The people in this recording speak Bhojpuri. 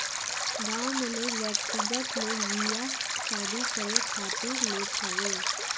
गांव में लोग व्यक्तिगत लोन बियाह शादी करे खातिर लेत हवे